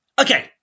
Okay